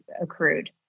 accrued